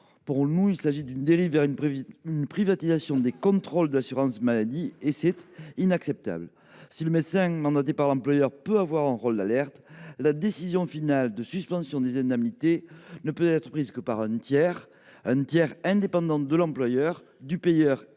Pour nous, il s’agit d’une dérive vers une privatisation des contrôles de l’assurance maladie, ce qui est inacceptable. Si le médecin mandaté par l’employeur peut jouer un rôle d’alerte, la décision finale de suspendre les indemnités ne peut être prise que par un tiers indépendant de l’employeur, du payeur et du